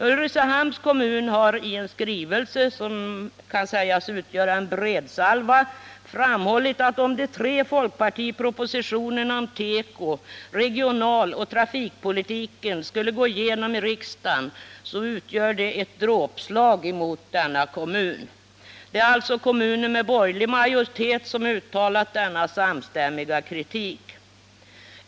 Ulricehamns kommun har i en skrivelse, som kan sägas utgöra en bredsida, framhållit att om de tre folkpartipropositionerna om teko samt regionaloch trafikpolitiken skulle gå igenom i riksdagen, så utgör det ett dråpslag mot kommunen. Det är alltså kommuner med borgerlig majoritet som uttalat denna samstämmiga kritik.